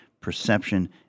Perception